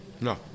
No